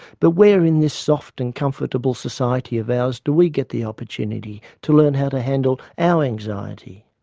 but where in this soft and comfortable society of ours do we get the opportunity to learn how to handle our anxiety?